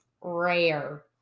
rare